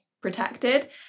protected